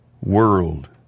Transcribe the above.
world